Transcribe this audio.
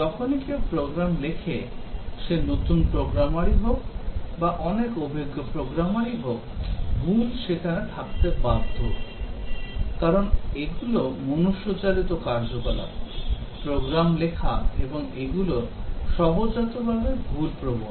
যখনই কেউ প্রোগ্রাম লেখে সে নতুন প্রোগ্রামার ই হোক বা অনেক অভিজ্ঞ প্রোগ্রামার ই হোক ভুল সেখানে থাকতে বাধ্য কারণ এগুলো মনুষ্যচালিত কার্যকলাপ প্রোগ্রাম লেখা এবং এগুলো সহজাতভাবে ভুল প্রবণ